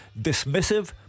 dismissive